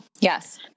Yes